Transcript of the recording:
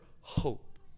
hope